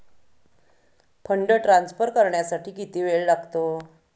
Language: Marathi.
फंड ट्रान्सफर करण्यासाठी किती वेळ लागतो?